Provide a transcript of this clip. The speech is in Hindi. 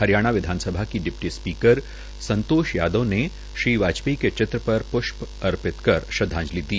हरियाणा विधानसभा की डिप्टी स्पीकर संतोष यादव ने श्री वाजपेयी के चित्र पर पृष्प अर्पित कर श्रदवाजंति दी